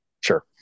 Sure